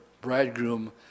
bridegroom